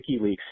WikiLeaks